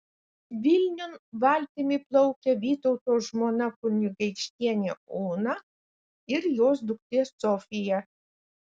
vilniun valtimi plaukia vytauto žmona kunigaikštienė ona ir jos duktė sofija